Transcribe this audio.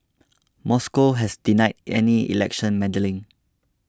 Moscow has denied any election meddling